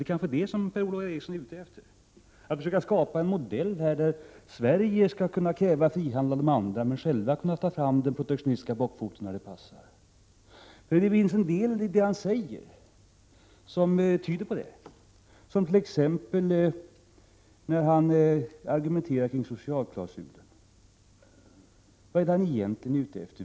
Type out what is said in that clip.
Det kanske är det som Per-Ola Eriksson är ute efter, att försöka skapa en modell där Sverige skall kunna kräva frihandel av de andra, men själv kunna ta fram den protektionistiska bockfoten när det passar. En del av det han säger tyder på det, t.ex. när han argumenterar för en socialklausul. Vad är det han egentligen är ute efter?